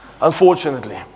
unfortunately